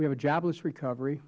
we have a jobless recovery